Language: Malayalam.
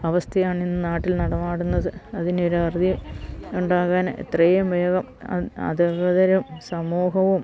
അവസ്ഥയാണിന്ന് നാട്ടിൽ നടമാടുന്നത് അതിനൊരറുതി ഉണ്ടാകാന് എത്രയും വേഗം അധികൃതരും സമൂഹവും